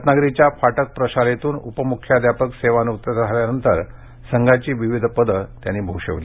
रत्नागिरीच्या फाटक प्रशालेतून उपमुख्याध्यापक सेवानिवृत्त झाल्यानंतर संघाची विविध पद त्यांनी भूषविली